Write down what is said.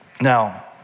Now